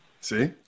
See